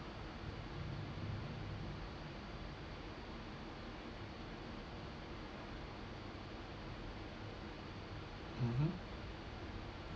mmhmm